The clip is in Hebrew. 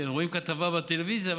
שרואים כתבה בטלוויזיה,